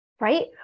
right